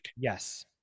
yes